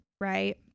right